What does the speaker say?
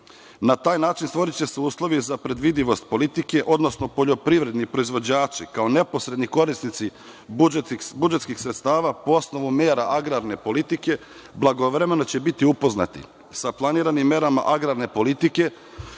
Na taj način stvoriće se uslovi za predvidivost politike, odnosno poljoprivredni proizvođači kao neposredni korisnici budžetskih sredstava po osnovu mera agrarne politike blagovremeno će biti upoznati sa planiranim merama agrarne politike